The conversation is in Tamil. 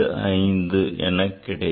625 என கிடைக்கும்